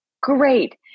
great